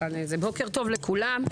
בוקר טוב לכולם.